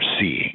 seeing